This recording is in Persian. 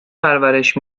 پرورش